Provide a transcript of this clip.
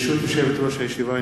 ברשות יושבת-ראש הישיבה,